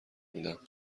میدم